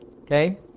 Okay